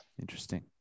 interesting